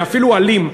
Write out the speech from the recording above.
ואפילו אלים,